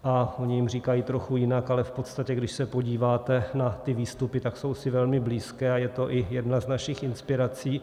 Oni jim říkají trochu jinak, ale v podstatě, když se podíváte na ty výstupy, tak jsou si velmi blízké a je to i jedna z našich inspirací.